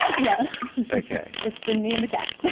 yeah ok it's been me and the cat.